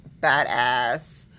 Badass